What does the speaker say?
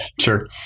sure